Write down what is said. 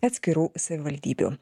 atskirų savivaldybių